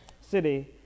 city